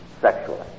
sexually